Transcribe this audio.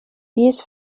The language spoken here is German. dies